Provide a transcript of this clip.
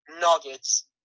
Nuggets